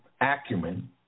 acumen